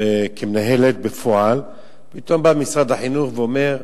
מנהלת בפועל, ופתאום בא משרד החינוך ואומר: